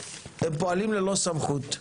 הם פועלים ללא סמכות,